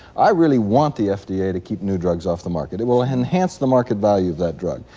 i really want the fda to keep new drugs off the market. it will ah enhance the market value of that drug.